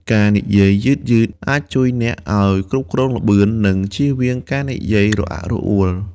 ការនិយាយយឺតៗអាចជួយអ្នកឱ្យគ្រប់គ្រងល្បឿន និងជៀសវាងការនិយាយរអាក់រអួល។